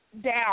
down